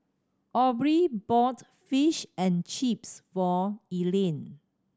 Aubree bought Fish and Chips for Elian